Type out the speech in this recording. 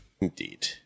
Indeed